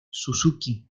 suzuki